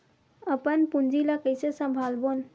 अपन पूंजी ला कइसे संभालबोन?